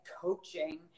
coaching